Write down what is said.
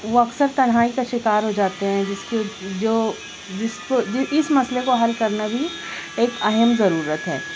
وہ اکثر تنہائی کا شکار ہو جاتے ہیں جس کی جو جس کو اس مسئلے کو حل کرنا بھی ایک اہم ضرورت ہے